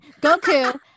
Goku